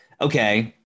okay